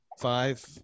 five